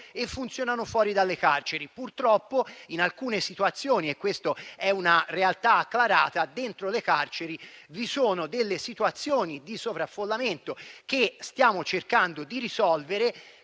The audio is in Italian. e funzionano fuori dalle carceri. Purtroppo, è una realtà acclarata che dentro le carceri vi sono delle situazioni di sovraffollamento, che stiamo cercando di risolvere